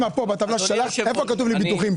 בטבלה ששלחת של השנה, איפה כתוב ביטוחים?